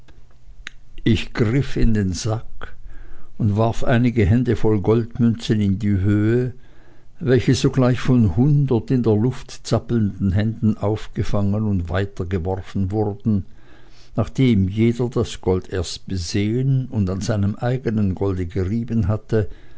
ich griff in den sack und warf einige hände voll goldmünzen in die höhe welche sogleich von hundert in der luft zappelnden händen aufgefangen und weitergeworfen wurden nachdem jeder das gold erst besehen und an seinem eigenen golde gerieben hatte